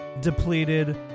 depleted